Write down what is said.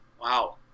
Wow